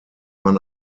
man